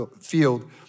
field